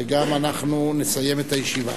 וגם נסיים את הישיבה.